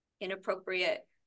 inappropriate